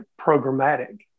programmatic